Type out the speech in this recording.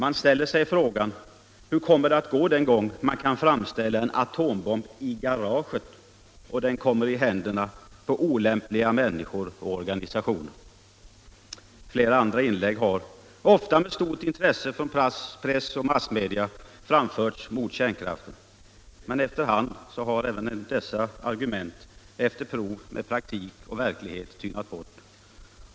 Man ställer sig frågan: Hur kommer det att gå den gång man kan framställa en a-bomb i garaget och den kommer 1i händerna på olämpliga människor och organisationer? Flera andra inlägg har framförts mot kärnkraften, ofta med stort intresse från press och massmedia. Men efter hand har även dessa argument tynat bort efter kontakt med praktik och verklighet.